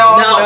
no